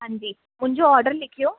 हांजी मुंहिंजो ऑडर लिखियो